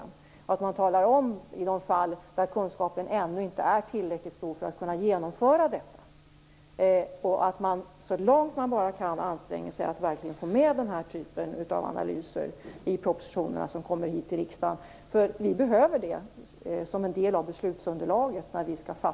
Men målet är helt klart.